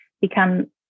become